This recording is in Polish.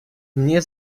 mnie